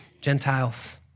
Gentiles